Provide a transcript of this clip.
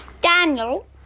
Daniel